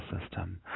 system